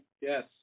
Yes